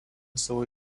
savo